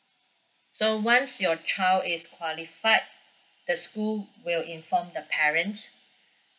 so once your child is qualified the school will inform the parent